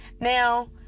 Now